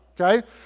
okay